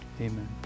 amen